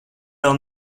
vēl